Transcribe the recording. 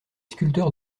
sculpteurs